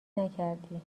نکردی